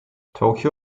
tokyo